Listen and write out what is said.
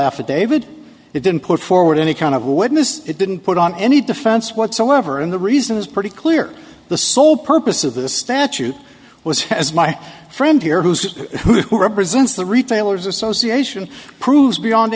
affidavit it didn't put forward any kind of witness it didn't put on any defense whatsoever and the reason is pretty clear the sole purpose of the statute was has my friend here who's who represents the retailers association proves beyond